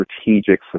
strategic